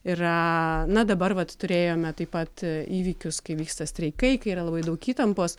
yra na dabar vat turėjome taip pat įvykius kai vyksta streikai kai yra labai daug įtampos